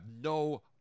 no